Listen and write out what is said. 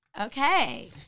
Okay